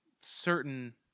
certain